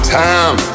time